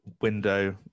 window